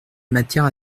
matière